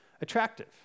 attractive